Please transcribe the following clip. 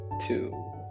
two